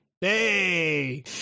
Hey